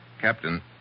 Captain